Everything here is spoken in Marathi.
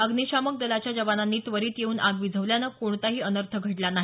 अग्निशामक दलाच्या जवानांनी त्वरित येऊन आग विझविल्यानं कोणताही अनर्थ घडला नाही